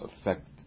affect